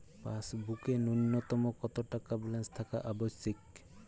পাসবুকে ন্যুনতম কত টাকা ব্যালেন্স থাকা আবশ্যিক?